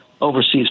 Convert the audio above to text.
overseas